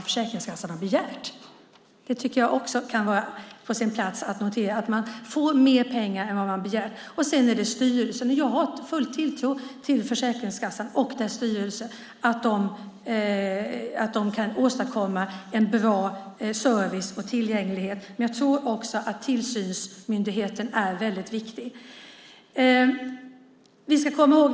Försäkringskassan får till och med mer pengar än vad man har begärt. Det kan också vara på sin plats att notera. Jag har full tilltro till att Försäkringskassan och dess styrelse kan åstadkomma en bra service och tillgänglighet, men jag tror också att tillsynsmyndigheten är viktig.